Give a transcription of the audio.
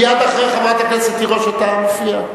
מייד אחרי חברת הכנסת תירוש אתה מופיע,